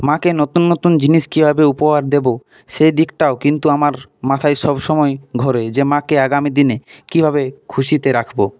মাকে নতুন নতুন জিনিস কীভাবে উপহার দেব সেই দিকটাও কিন্তু আমার মাথায় সবসময় ঘোরে যে মাকে আগামী দিনে কীভাবে খুশিতে রাখব